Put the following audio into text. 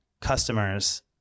customers